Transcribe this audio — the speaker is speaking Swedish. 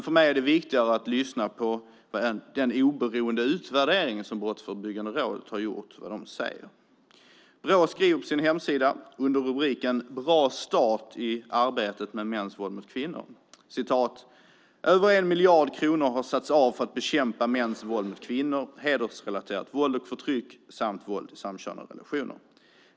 För mig är det viktigare att lyssna på vad man säger i den oberoende utvärdering som Brottsförebyggande rådet har gjort. Brå skriver på sin hemsida under rubriken "Bra start i arbetet med mäns våld mot kvinnor": "Över en miljard kronor har satts av för att bekämpa mäns våld mot kvinnor, hedersrelaterat våld och förtryck samt våld i samkönade relationer.